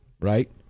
right